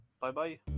Bye-bye